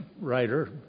writer